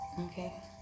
Okay